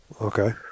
Okay